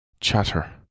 chatter